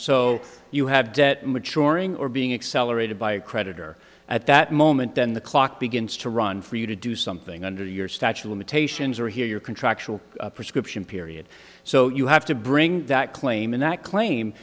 so you have debt maturing or being accelerated by a creditor at that moment then the clock begins to run for you to do something under your statue limitations or here your contractual prescription period so you have to bring that claim and that claim